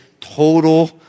total